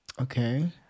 Okay